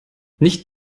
nicht